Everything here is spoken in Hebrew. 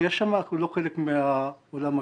אנחנו לא חלק מהעולם הגלובלי.